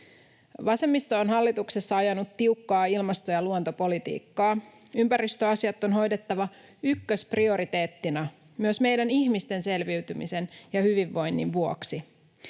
Vasemmisto on hallituksessa ajanut tiukkaa ilmasto- ja luontopolitiikkaa. Ympäristöasiat on hoidettava ykkösprioriteettina, myös meidän ihmisten selviytymisen ja hyvinvoinnin vuoksi.